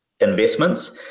investments